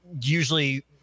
usually